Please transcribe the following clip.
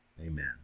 Amen